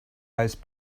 ice